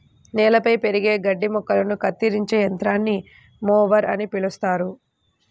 నేలపై పెరిగే గడ్డి మొక్కలను కత్తిరించే యంత్రాన్ని మొవర్ అని పిలుస్తారు